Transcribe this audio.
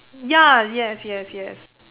ya yes yes yes